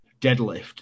deadlift